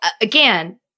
again